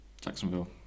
Jacksonville